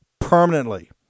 permanently